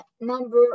number